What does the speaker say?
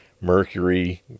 mercury